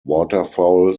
waterfowl